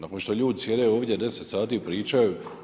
Nakon što ljudi sjede ovdje 10 sati i pričaju.